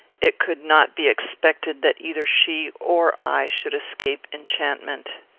it could not be expected that either she or i should escape enchantment.